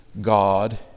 God